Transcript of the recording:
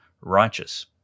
righteous